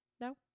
No